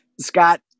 Scott